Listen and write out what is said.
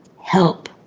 help